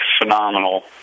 phenomenal